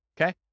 Okay